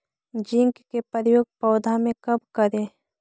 Zinc के प्रयोग पौधा मे कब करे?